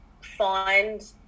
find